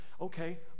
okay